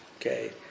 Okay